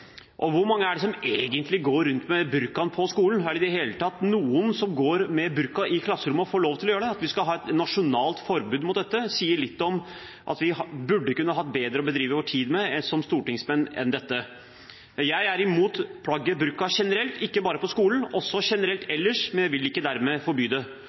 Og hvor mange er det som egentlig går rundt med burka på skolen? Er det i det hele tatt noen som går med burka i klasserommet og får lov til å gjøre det? At vi skal vedta et nasjonalt forbud mot dette, sier litt om at vi burde ha bedre ting å bedrive tiden vår med som stortingsrepresentanter enn dette. Jeg er imot plagget burka generelt, ikke bare på skolen, også generelt ellers, men jeg vil ikke dermed forby det.